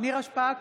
נירה שפק,